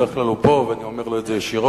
בדרך כלל הוא פה ואני אומר לו את זה ישירות,